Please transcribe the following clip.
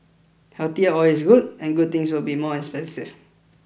healthier oil is good and good things will be more expensive